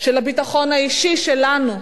של הביטחון האישי שלנו.